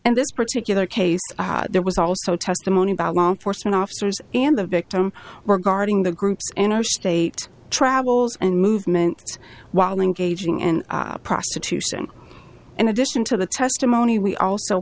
and this particular case there was also testimony about law enforcement officers and the victim were guarding the groups interstate travels and movements while engaging in prostitution in addition to the testimony we also